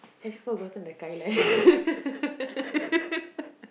have you forgotten the guideline